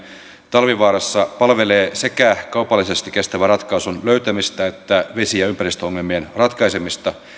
talvivaarassa palvelee sekä kaupallisesti kestävän ratkaisun löytämistä että vesi ja ympäristöongelmien ratkaisemista